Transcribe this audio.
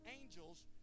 angels